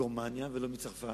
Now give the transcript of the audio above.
לא מגרמניה ולא מצרפת,